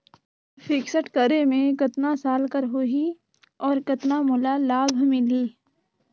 Fixed करे मे कतना साल कर हो ही और कतना मोला लाभ मिल ही?